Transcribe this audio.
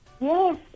Yes